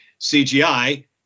CGI